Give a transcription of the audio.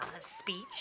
speech